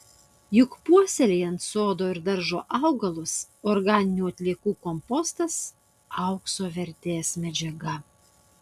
juk puoselėjant sodo ir daržo augalus organinių atliekų kompostas aukso vertės medžiaga